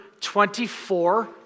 24